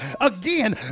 again